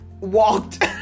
walked